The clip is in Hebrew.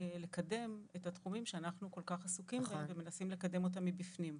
לקדם את התחומים שאנחנו כל כך עסוקים בהם ומנסים לקדם אותם מבפנים.